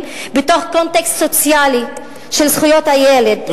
והשלכותיה בתוך קונטקסט סוציאלי של זכויות הילד.